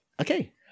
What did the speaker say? Okay